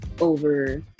over